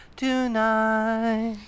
tonight